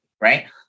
Right